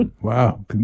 Wow